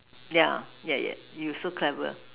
yeah yeah yeah you so clever